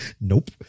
Nope